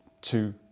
two